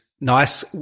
nice